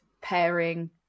pairing